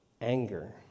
anger